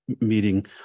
meeting